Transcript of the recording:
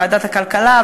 בוועדת הכלכלה,